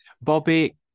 bobby